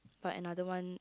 but another one